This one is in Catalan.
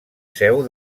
seu